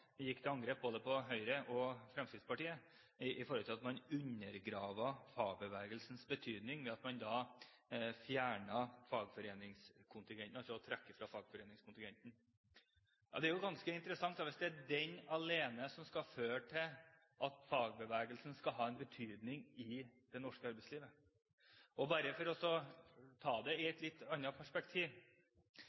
gikk til angrep på både Høyre og Fremskrittspartiet for at man undergraver fagbevegelsens betydning ved å fjerne fagforeningskontingenten, altså ved å trekke fra fagforeningskontingenten. Det er ganske interessant hvis den alene skal føre til at fagbevegelsen skal ha en betydning i det norske arbeidslivet. Bare for å ta det i et litt annet perspektiv: